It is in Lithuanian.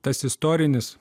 tas istorinis